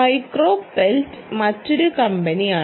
micro pelt മറ്റൊരു കമ്പനിയാണ്